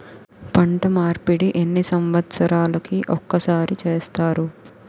పంట మార్పిడి ఎన్ని సంవత్సరాలకి ఒక్కసారి చేస్తారు?